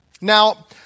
Now